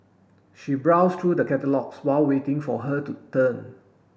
she browsed through the catalogues while waiting for her turn